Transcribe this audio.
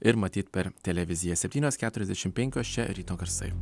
ir matyt per televiziją septynios keturiasdešim penkios čia ryto garsai